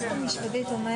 אוקיי,